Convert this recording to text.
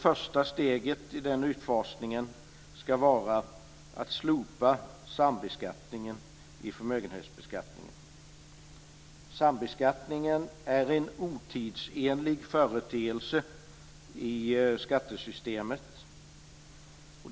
Första steget i den utfasningen ska vara att slopa sambeskattningen i förmögenhetsbeskattningen. Sambeskattningen är en otidsenlig företeelse i skattesystemet.